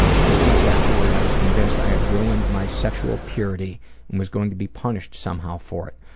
ah for weeks afterward i was convinced i had ruined my sexual purity and was going to be punished somehow for it.